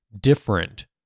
different